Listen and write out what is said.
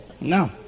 No